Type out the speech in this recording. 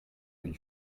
une